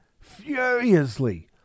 Furiously